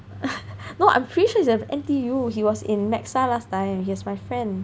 no I'm pretty sure he's of N_T_U he was in Nexa last time he was my friend